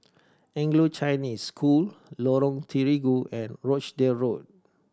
Anglo Chinese School Lorong Terigu and Rochdale Road